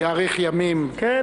חיים כץ: כן,